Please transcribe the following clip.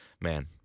Man